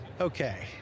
Okay